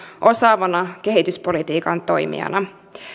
osaavana kehityspolitiikan toimijana